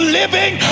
living